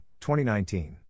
2019